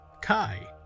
Kai